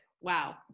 wow